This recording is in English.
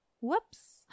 Whoops